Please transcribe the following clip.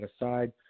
aside